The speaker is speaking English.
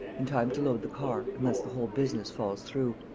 in time to load the car unless the whole business falls through.